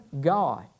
God